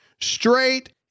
straight